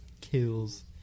kills